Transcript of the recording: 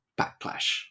backlash